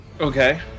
Okay